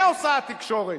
את זה עושה התקשורת.